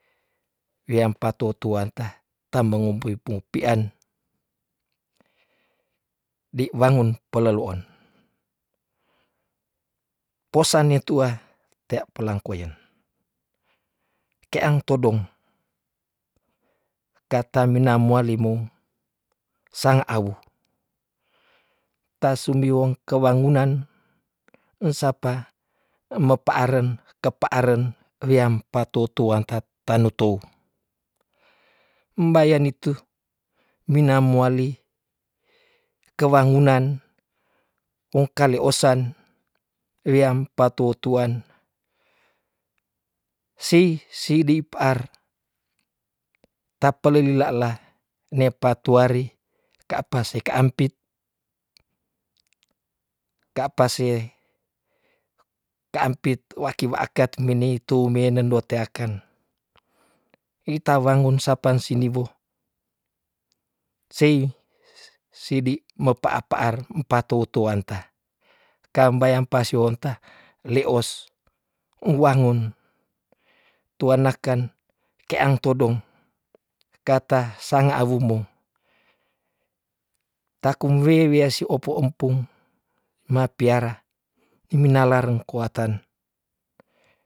Weam patou tuanta ta mengebui pungu pian, di wangun pelo on, posan ne tua tea pelang koyen, keang todong kata mena mualimo sang awu, ta sumiweng ke wangunan eng sapa emepa aren kepa aren weam patou tuanta tanutou, mbayan itu mina mowali ke wangunan wongkale osan weam patou tuan, sih sidi paar ta pele lilala nepatu ari ka pa seka ampit- ka pa se ka ampit waki wa akat meneitu menen do teaken, ita wangun sapan sini wo, sei sidi me pa a pa ar empatou tuanta kambayang pasi wonta le os uwangun tua naken keang todong kata sanga awu mo takum we- weasi opo empung ma piara imina lareng kuatan.